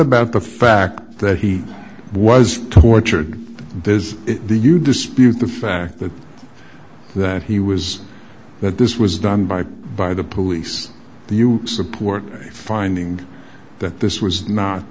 about the fact that he was tortured there is do you dispute the fact that that he was that this was done by by the police do you support a finding that this was not